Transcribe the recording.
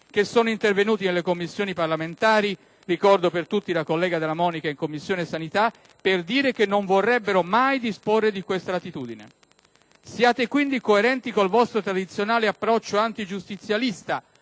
sono intervenuti nelle Commissioni parlamentari (ricordo per tutti la collega Della Monica, in Commissione sanità) per dire che non vorrebbero mai disporne in questa latitudine. Siate quindi coerenti col vostro tradizionale approccio antigiustizialista,